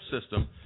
system